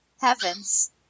Heavens